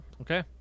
okay